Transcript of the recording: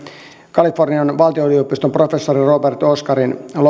kalifornian valtionyliopiston professori robert oscar